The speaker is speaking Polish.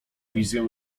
wizję